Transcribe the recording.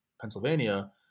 Pennsylvania